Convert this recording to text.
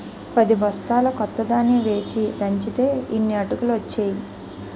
పదిబొస్తాల కొత్త ధాన్యం వేచి దంచితే యిన్ని అటుకులు ఒచ్చేయి